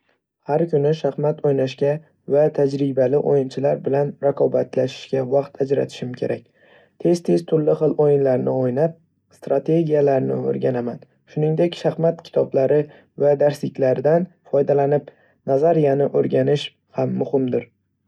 Har kuni shaxmat o‘ynashga va tajribali o'yinchilar bilan raqobatlashishga vaqt ajratishim kerak. Tez-tez turli xil o'yinlarni o'ynab, strategiyalarni o‘rganaman. Shuningdek, shaxmat kitoblari va darsliklardan foydalanib, nazariyani o‘rganish ham muhimdir.